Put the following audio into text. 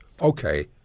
okay